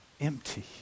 empty